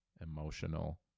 emotional